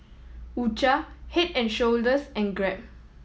U Cha Head and Shoulders and Grab